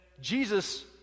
Jesus